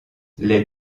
les